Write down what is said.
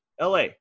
LA